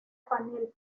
panel